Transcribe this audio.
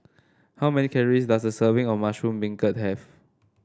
how many calories does a serving of Mushroom Beancurd have